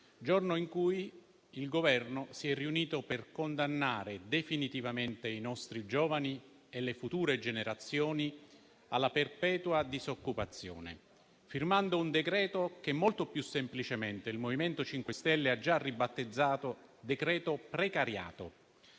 giorno in cui il Governo si è riunito per condannare definitivamente i nostri giovani e le future generazioni alla perpetua disoccupazione, firmando un decreto-legge che molto più semplicemente il MoVimento 5 Stelle ha già ribattezzato decreto precariato.